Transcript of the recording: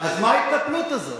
אז מה ההתפתלות הזאת?